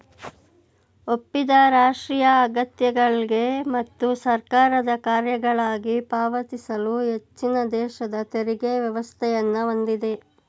ಒಪ್ಪಿದ ರಾಷ್ಟ್ರೀಯ ಅಗತ್ಯಗಳ್ಗೆ ಮತ್ತು ಸರ್ಕಾರದ ಕಾರ್ಯಗಳ್ಗಾಗಿ ಪಾವತಿಸಲು ಹೆಚ್ಚಿನದೇಶದ ತೆರಿಗೆ ವ್ಯವಸ್ಥೆಯನ್ನ ಹೊಂದಿದೆ